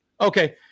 Okay